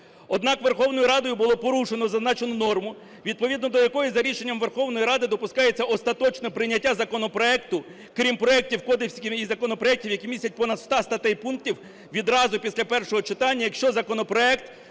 Однак Верховною Радою було порушено зазначену норму. Відповідно до якої, за рішенням Верховної Ради, допускається остаточне прийняття законопроекту, крім проектів, кодексів і законопроектів, які містять понад 100 статей, пунктів, відразу після першого читання, якщо законопроект